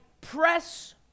press